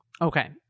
Okay